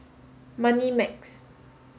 Moneymax